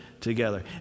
Together